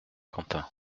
quentin